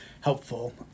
helpful